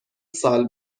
سال